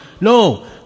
No